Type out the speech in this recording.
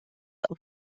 auf